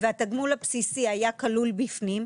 והתגמול הבסיסי היה כלול בפנים,